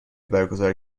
برگزار